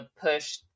push